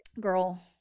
girl